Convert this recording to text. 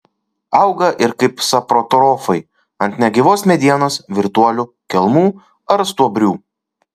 auga ir kaip saprotrofai ant negyvos medienos virtuolių kelmų ar stuobrių